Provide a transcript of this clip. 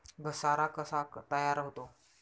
घसारा कसा तयार होतो?